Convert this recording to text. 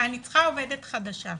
אני צריכה עובדת חדשה.